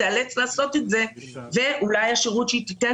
תיאלץ לעשות את זה ואולי השירות שהיא תיתן,